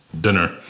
dinner